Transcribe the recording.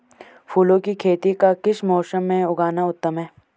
फूलों की खेती का किस मौसम में उगना उत्तम है?